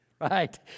right